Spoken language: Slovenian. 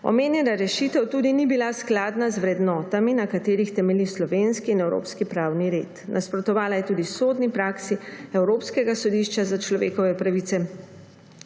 Omenjena rešitev tudi ni bila skladna z vrednotami, na katerih temelji slovenski in evropski pravni red, nasprotovala je tudi sodni praksi Evropskega sodišča za človekove pravice,